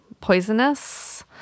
poisonous